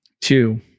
Two